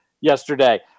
yesterday